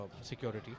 security